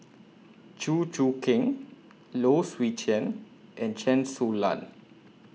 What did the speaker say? Chew Choo Keng Low Swee Chen and Chen Su Lan